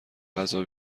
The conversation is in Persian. غذا